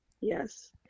Yes